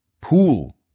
pool